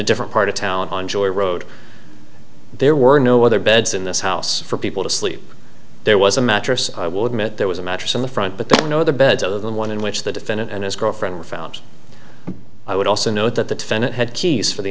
a different part of town on joy road there were no other beds in this house for people to sleep there was a mattress i will admit there was a mattress in the front but there were no the beds other than one in which the defendant and his girlfriend were found i would also note that the defendant had keys for the